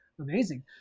Amazing